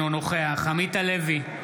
אינו נוכח עמית הלוי,